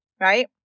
right